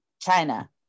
China